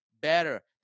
better